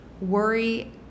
Worry